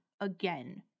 again